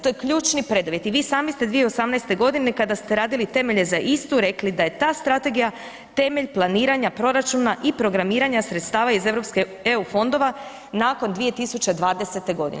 To je ključni preduvjet i vi sami ste 2018. godine kada ste radili temelje za istu rekli da je ta strategija temelj planiranja proračuna i programiranja sredstava iz EU fondova nakon 2020. godine.